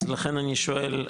אז לכן אני שואל,